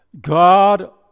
God